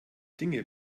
dinge